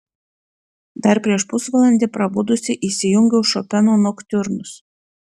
dar prieš pusvalandį prabudusi įsijungiau šopeno noktiurnus